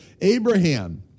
Abraham